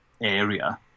area